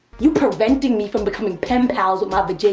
you preventing me from becoming pen pals with my vajayjay.